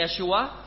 Yeshua